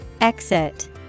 Exit